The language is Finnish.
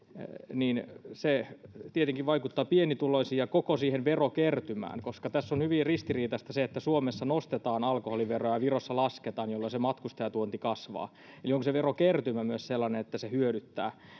niin se tietenkin vaikuttaa pienituloisiin ja koko siihen verokertymään koska on hyvin ristiriitaista se että suomessa nostetaan alkoholiveroa ja virossa lasketaan jolloin se matkustajatuonti kasvaa eli onko se verokertymä myös sellainen että se hyödyttää